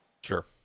Sure